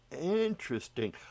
Interesting